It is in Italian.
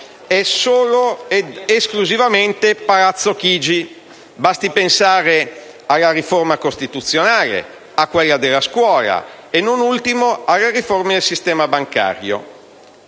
ed esclusivamente Palazzo Chigi: basti pensare alla riforma costituzionale, a quella della scuola e - non ultima - alla riforma del sistema bancario.